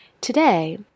Today